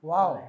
Wow